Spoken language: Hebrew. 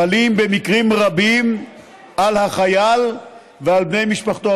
חלה במקרים רבים על החייל ועל בני משפחתו,